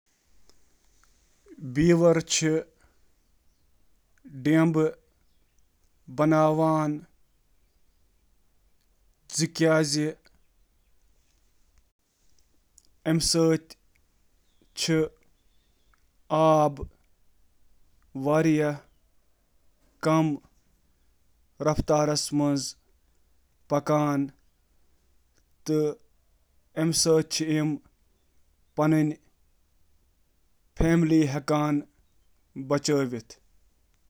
بیور چھِ تالاب بناونہٕ خٲطرٕ ڈیم بناوان یِم پننٮ۪ن عیالَن ہٕنٛز حفاظت چھِ کران تہٕ آب چھِ سست کران۔ تِم چھِ یِمَن مرحلَن پٮ۪ٹھ عمل کٔرِتھ ڈیم بناوان: کُلۍ ژٔٹِو، مواد جمع کٔرِو، نالہٕ پھیرٲوِو، بنیاد بنٲوِو تہٕ باقی۔